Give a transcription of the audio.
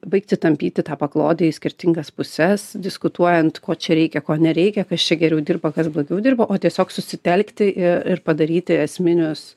baigti tampyti tą paklodę į skirtingas puses diskutuojant ko čia reikia ko nereikia kas čia geriau dirba kas blogiau dirba o tiesiog susitelkti ir padaryti esminius